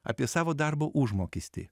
apie savo darbo užmokestį